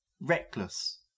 reckless